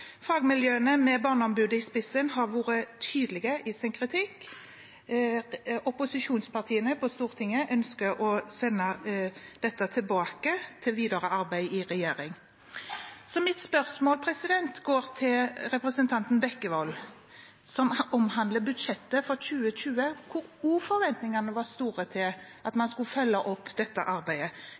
Fagmiljøene, med Barneombudet i spissen, har vært tydelige i sin kritikk. Opposisjonspartiene på Stortinget ønsker å sende dette tilbake til videre arbeid i regjering. Mitt spørsmål til representanten Bekkevold omhandler budsjettet for 2020, hvor også forventningene var store til at man skulle følge opp dette arbeidet.